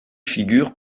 figure